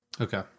Okay